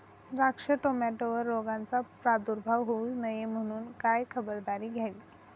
द्राक्ष, टोमॅटोवर रोगाचा प्रादुर्भाव होऊ नये म्हणून काय खबरदारी घ्यावी?